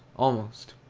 almost!